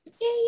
yay